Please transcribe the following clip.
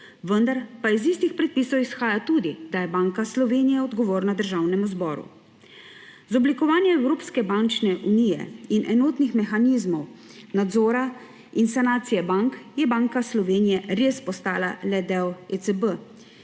vendar pa iz istih predpisov izhaja tudi, da je Banka Slovenije odgovorna Državnemu zboru. Z oblikovanjem evropske bančne unije in enotnih mehanizmov nadzora in sanacije bank je Banka Slovenije res postala le del ECB,